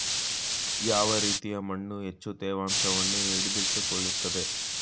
ಯಾವ ರೀತಿಯ ಮಣ್ಣು ಹೆಚ್ಚು ತೇವಾಂಶವನ್ನು ಹಿಡಿದಿಟ್ಟುಕೊಳ್ಳುತ್ತದೆ?